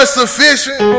sufficient